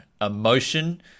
emotion